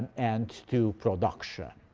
and to production.